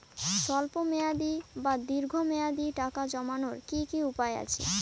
স্বল্প মেয়াদি বা দীর্ঘ মেয়াদি টাকা জমানোর কি কি উপায় আছে?